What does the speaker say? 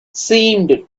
seemed